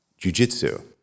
jujitsu